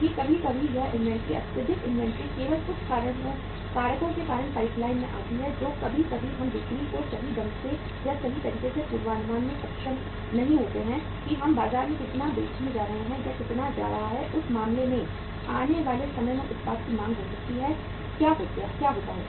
कि कभी कभी यह इन्वेंट्री अत्यधिक इन्वेंट्री केवल कुछ कारकों के कारण पाइप लाइन में आती है जो कभी कभी हम बिक्री को सही ढंग से या सही तरीके से पूर्वानुमान में सक्षम नहीं होते हैं कि हम बाजार में कितना बेचने जा रहे हैं या कितना जा रहा है उस मामले में आने वाले समय में उत्पाद की मांग हो सकती है क्या होता है